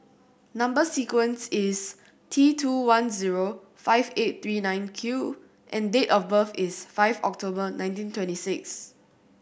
number sequence is T two one zero five eight three nine Q and date of birth is five October nineteen twenty six